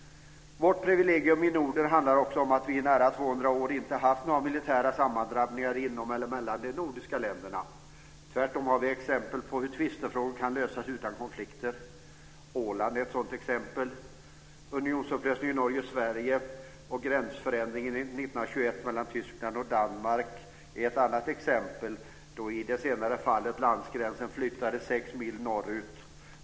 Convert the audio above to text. Vårt privilegium i Norden handlar också om att vi i nära 200 år inte har haft några militära sammandrabbningar inom eller mellan de nordiska länderna. Tvärtom har vi exempel på hur tvistefrågor kan lösas utan konflikter. Åland är ett sådant exempel. Unionsupplösningen mellan Norge och Sverige och förändringen 1921 av gränsen mellan Tyskland och Danmark är andra exempel. I det senare fallet flyttades landsgränsen sex mil norrut.